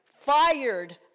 fired